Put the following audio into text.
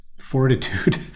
fortitude